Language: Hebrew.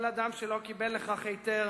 כל אדם שלא קיבל לכך היתר